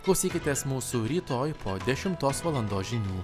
klausykitės mūsų rytoj po dešimtos valandos žinių